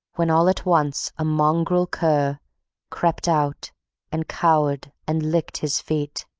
when all at once a mongrel cur crept out and cowered and licked his feet.